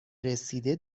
رسیده